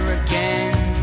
again